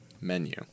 Menu